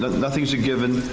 nothing's a given,